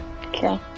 Okay